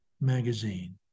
Magazine